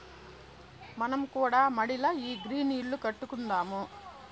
మనం కూడా మడిల ఈ గ్రీన్ ఇల్లు కట్టుకుందాము